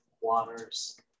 waters